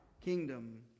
kingdom